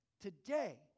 today